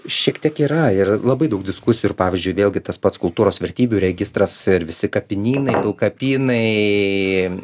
šiek tiek yra ir labai daug diskusijų ir pavyzdžiui vėlgi tas pats kultūros vertybių registras ir visi kapinynai pilkapynai